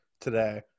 today